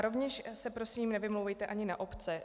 Rovněž se prosím nevymlouvejte ani na obce.